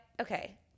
okay